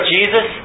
Jesus